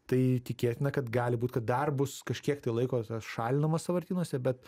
tai tikėtina kad gali būt kad dar bus kažkiek laiko šalinama sąvartynuose bet